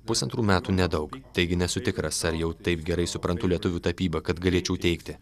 pusantrų metų nedaug taigi nesu tikras ar jau taip gerai suprantu lietuvių tapybą kad galėčiau teigti